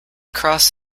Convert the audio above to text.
cross